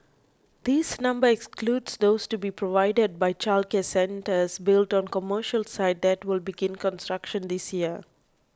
this number excludes those to be provided by childcare centres built on commercial sites that will begin construction this year